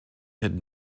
had